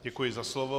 Děkuji za slovo.